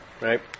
right